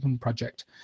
project